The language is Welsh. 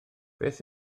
beth